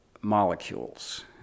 molecules